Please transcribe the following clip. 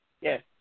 Yes